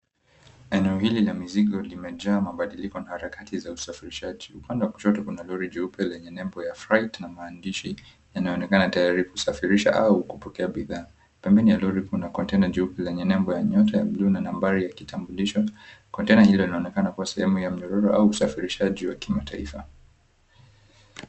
Eneo hili la mizigo ilimejaa mabadiliko na harakati za usafirishaji, upande wakushoto kuna lori jeupe lenye nembo ya freight na maandishi yanayoonekana tayari kusafirisha au kupokea bidhaa. Pembeni ya lori kuna container jeupe lenye nembo ya nyota ya blue na nambali ya kitambulisho. Container hilo linonekana kuwa sehemu ya mdodoro au usafirishaji wa kimataifa.